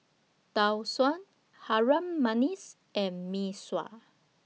Tau Suan Harum Manis and Mee Sua